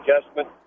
adjustment